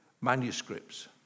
manuscripts